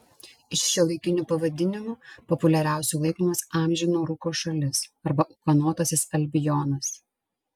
iš šiuolaikinių pavadinimų populiariausiu laikomas amžino rūko šalis arba ūkanotasis albionas